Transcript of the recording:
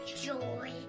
joy